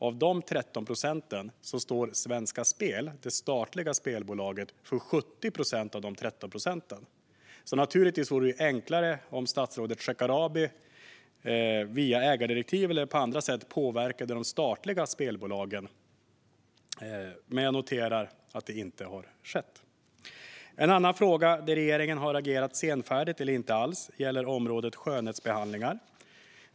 Av dessa 13 procent står Svenska Spel, det statliga spelbolaget, för 70 procent. Naturligtvis vore det enklare om statsrådet Shekarabi via ägardirektiv eller på andra sätt påverkade de statliga spelbolagen. Men jag noterar att det inte har skett. En annan fråga där regeringen har agerat senfärdigt eller inte alls gäller området skönhetsbehandlingar.